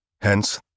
Hence